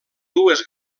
dues